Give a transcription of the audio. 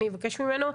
אני אבקש ממנו,